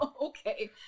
Okay